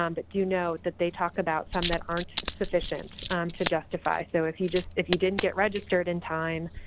um but do note that they talk about some that aren't sufficient to justify. so, if you just if you didn't get registered in time,